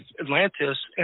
Atlantis